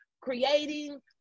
creating